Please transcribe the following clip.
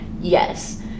yes